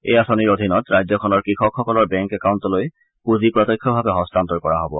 এই আঁচনিৰ অধীনত ৰাজ্যখনৰ কৃষকসকলৰ বেংক একাউণ্টলৈ পুঁজি প্ৰত্যক্ষভাৱে হস্তান্তৰ কৰা হ'ব